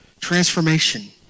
Transformation